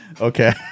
Okay